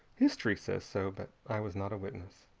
history says so, but i was not a witness.